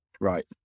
right